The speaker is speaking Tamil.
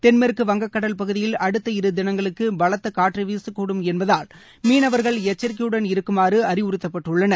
தென்மேற்கு வங்ககடல் பகுதியில் அடுத்த இருதினங்களுக்கு பலத்த காற்று வீசக்கூடும் என்பதால் மீனவர்கள் எச்சரிக்கையுடன் இருக்குமாறு அறிவுறுத்தப்பட்டுள்ளனர்